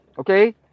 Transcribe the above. Okay